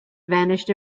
vanished